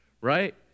right